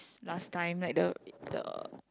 last time like the the